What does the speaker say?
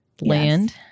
land